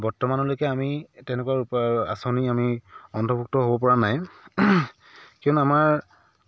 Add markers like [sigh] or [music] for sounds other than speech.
বৰ্তমানলৈকে আমি তেনেকুৱা [unintelligible] আঁচনি আমি অন্তৰ্ভূক্ত হ'ব পৰা নাই কিয়নো আমাৰ